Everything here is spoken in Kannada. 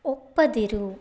ಒಪ್ಪದಿರು